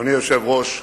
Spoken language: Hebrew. אדוני היושב-ראש,